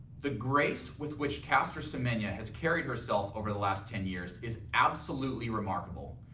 the grace with which caster semenya has carried herself. over the last ten years is absolutely remarkable.